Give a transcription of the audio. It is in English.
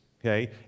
okay